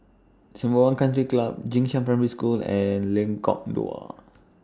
Sembawang Country Club Jing Shan Primary School and Lengkok Dua